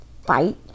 fight